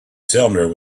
cylinder